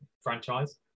franchise